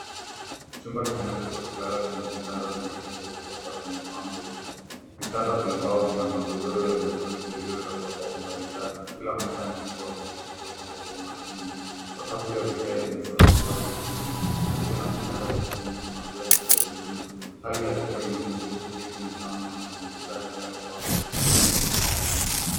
Chumba kimoja cha kulala chenye vitanda viwili vya ghorofa kimepangwa. Vitanda vya mbao vina magodoro ya buluu iliyolazwa kwa umaridadi kila mmoja na mto wa bluu ulio pangwa kwa umakini. Sakafu ya vigae imesafishwa vizuri. Karibu na kitanda cha chini kuna viatu vya buluu. Hali ya chumba inaonyesha utulivu, nidhamu na mazingira yanayofaa kwa kupumzika.